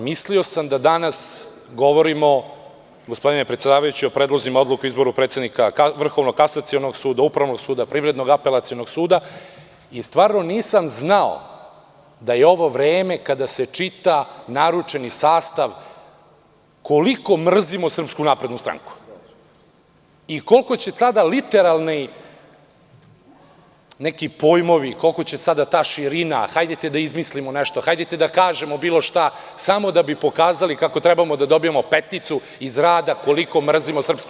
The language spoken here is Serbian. Mislio sam da danas govorimo, gospodine predsedavajući, o predlozima odluka o izboru predsednika Vrhovnog kasacionog suda, Upravnog suda, Privrednog apelacionog suda i stvarno nisam znao da je ovo vreme kada se čita naručeni sastav koliko mrzimo SNS i koliko će tada literalni neki pojmovi, koliko će sada ta širina, hajde da izmislimo nešto, hajde da kažemo bilo šta, samo da bi pokazali kako trebamo da dobijemo peticu iz rada koliko mrzimo SNS.